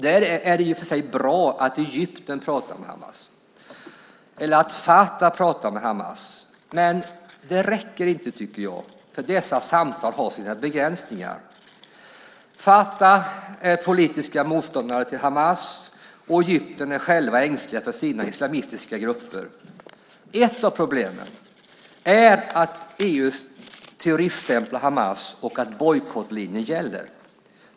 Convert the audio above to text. Det är i och för sig bra att Egypten pratar med Hamas eller att Fatah pratar med Hamas, men det räcker inte. Dessa samtal har sina begränsningar. Fatah är politisk motståndare till Hamas, och Egypten är självt ängsligt för sina islamistiska grupper. Ett av problemen är EU:s terroriststämpling av Hamas och att bojkottlinjen gäller.